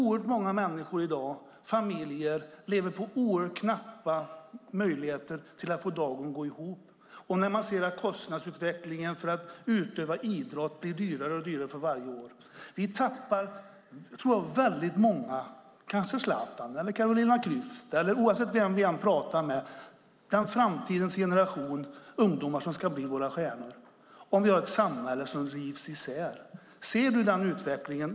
Oerhört många människor, familjer, lever i dag under knappa omständigheter och har svårt att få det hela att gå ihop när kostnadsutvecklingen för att utöva idrott blir dyrare och dyrare för varje år. Om vi har ett samhälle som rivs isär tappar vi många, kanske en Zlatan eller en Carolina Klyft eller någon annan, ur framtidens ungdomsgeneration som skulle bli våra nya stjärnor. Ser du den utvecklingen?